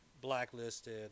blacklisted